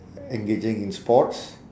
engaging in sports